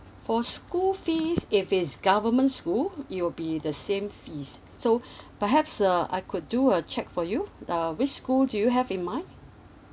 for school fees if it's government school it will be the same fees so perhaps uh I could do a check for you uh which school do you have in mind